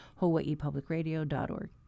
hawaiipublicradio.org